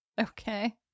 Okay